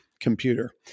computer